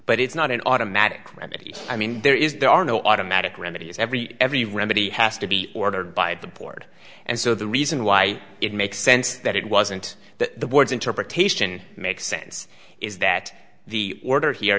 but it's not an automatic remedy i mean there is there are no automatic remedy is every every remedy has to be ordered by the board and so the reason why it makes sense that it wasn't the board's interpretation makes sense is that the order here